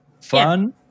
fun